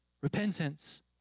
Repentance